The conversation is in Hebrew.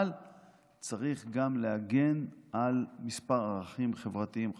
אבל צריך גם להגן על כמה ערכים חברתיים חשובים.